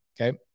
Okay